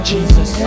Jesus